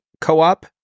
co-op